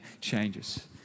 changes